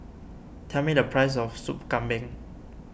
tell me the price of Sup Kambing